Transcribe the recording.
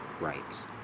rights